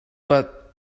but